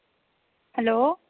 hello